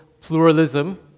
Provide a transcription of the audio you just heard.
pluralism